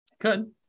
Good